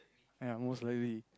!aiya! most likely